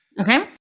Okay